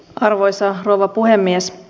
arvoisa rouva puhemies